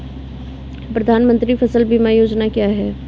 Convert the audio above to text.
प्रधानमंत्री फसल बीमा योजना क्या है?